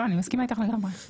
אני מסכימה איתך לגמרי.